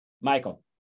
Michael